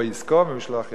או בעסקו, במשלח ידו,